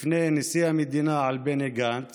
בפני נשיא המדינה על בני גנץ